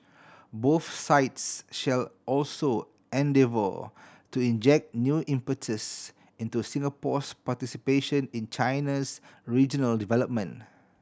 both sides shall also endeavour to inject new impetus into Singapore's participation in China's regional development